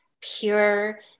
pure